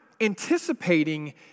anticipating